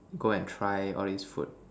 go and try all these food